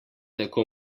tako